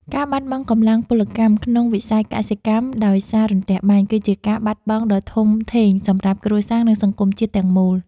ការបាត់បង់កម្លាំងពលកម្មក្នុងវិស័យកសិកម្មដោយសាររន្ទះបាញ់ គឺជាការបាត់បង់ដ៏ធំធេងសម្រាប់គ្រួសារ និងសង្គមជាតិទាំងមូល។